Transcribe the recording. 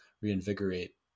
reinvigorate